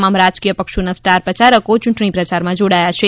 તમામ રાજકીય પક્ષોના સ્ટાર પ્રયારકો યૂંટણી પ્રચારમાં જોડાયા છે